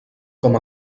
com